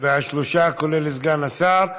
שלושה כולל סגן השר,